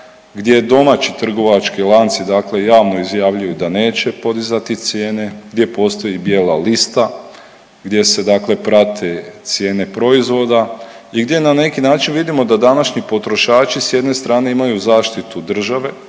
gdje domaći trgovački lanci dakle javno izjavljuju da neće podizati cijene, gdje postoji bijela lista gdje se dakle prate cijene proizvoda i gdje na neki način vidimo da današnji potrošači s jedne strane imaju zaštitu države,